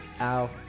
Ow